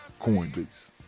Coinbase